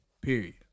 Period